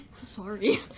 sorry